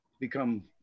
become